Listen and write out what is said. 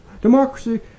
democracy